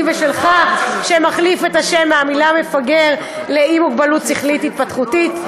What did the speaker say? ושלך שמחליף את השם מהמילה "מפגר" ל"עם מוגבלות שכלית התפתחותית".